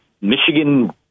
Michigan